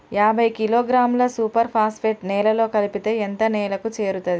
యాభై కిలోగ్రాముల super phosphate నేలలో కలిపితే ఎంత నేలకు చేరుతది?